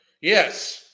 Yes